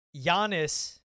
Giannis